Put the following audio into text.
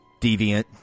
deviant